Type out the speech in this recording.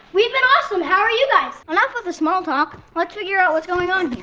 we've been awesome. how are you guys? enough with the small talk. let's figure out what's going on